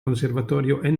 conservatorio